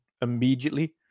immediately